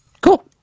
Cool